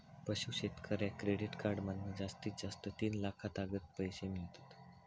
पशू शेतकऱ्याक credit card मधना जास्तीत जास्त तीन लाखातागत पैशे मिळतत